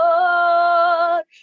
Lord